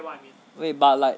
wait but like